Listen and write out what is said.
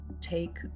take